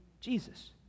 Jesus